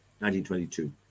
1922